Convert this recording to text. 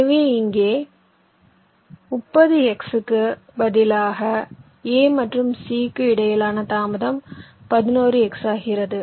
எனவே இங்கே 30X க்கு பதிலாக A மற்றும் C க்கு இடையிலான தாமதம் 11X ஆகிறது